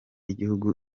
igihugu